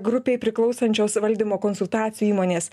grupei priklausančios valdymo konsultacijų įmonės